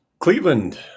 Cleveland